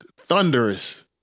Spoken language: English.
thunderous